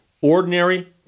ordinary